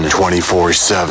24-7